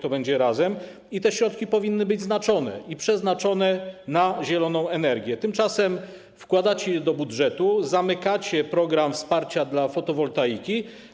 Te środki powinny być znaczone i przeznaczone na zieloną energię, tymczasem wkładacie je do budżetu, zamykacie program wsparcia dla fotowoltaiki.